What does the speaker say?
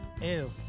Ew